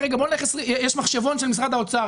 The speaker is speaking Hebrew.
שיש מחשבון של משרד האוצר,